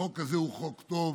החוק הזה הוא חוק טוב.